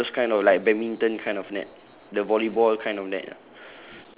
like those kind of like badminton kind of net the volleyball kind of net ah